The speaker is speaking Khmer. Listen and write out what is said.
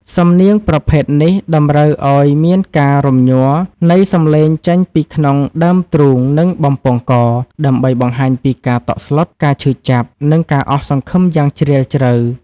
សំនៀងប្រភេទនេះតម្រូវឱ្យមានការរំញ័រនៃសំឡេងចេញពីក្នុងដើមទ្រូង និងបំពង់ក ដើម្បីបង្ហាញពីការតក់ស្លុត ការឈឺចាប់ និងការអស់សង្ឃឹមយ៉ាងជ្រាលជ្រៅ។